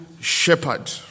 shepherd